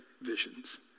visions